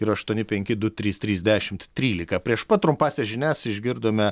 ir aštuoni penki du trys trys dešimt trylika prieš pat trumpąsias žinias išgirdome